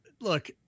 Look